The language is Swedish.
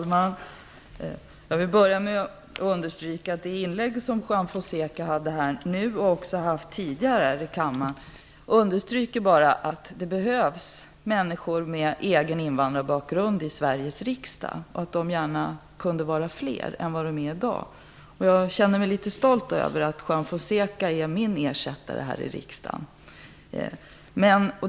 Fru talman! Jag vill börja med att understryka att Juan Fonsecas inlägg, som han också har framfört tidigare här i kammaren, visar att det behövs människor med egen invandrarbakgrund i Sveriges riksdag och att de gärna kunde vara fler än de är i dag. Jag är stolt över att Juan Fonseca är min ersättare här i riksdagen.